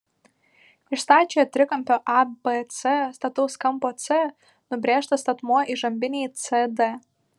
iš stačiojo trikampio abc stataus kampo c nubrėžtas statmuo įžambinei cd